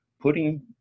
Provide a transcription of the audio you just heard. putting